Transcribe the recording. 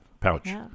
Pouch